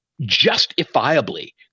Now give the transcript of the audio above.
justifiably